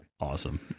awesome